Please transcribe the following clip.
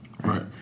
right